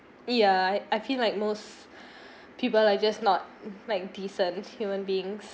ya I feel like most people are just not like decent human beings